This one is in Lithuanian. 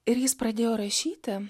ir jis pradėjo rašyti